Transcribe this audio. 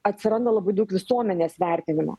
atsiranda labai daug visuomenės vertinimo